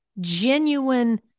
genuine